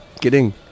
kidding